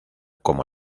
como